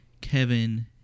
Kevin